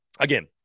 Again